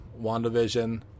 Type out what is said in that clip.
WandaVision